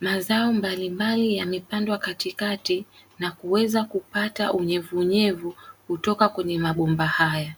Mazao mbalimbali yamepandwa katikati na kuweza kupata unyevunyevu kutoka kwenye mabomba hayo.